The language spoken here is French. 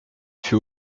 fut